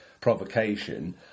provocation